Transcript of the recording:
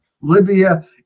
Libya